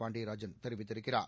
பாண்டியராஜன் தெரிவித்திருக்கிறார்